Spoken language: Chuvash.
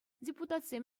депутатсем